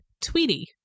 Tweety